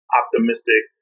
optimistic